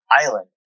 Island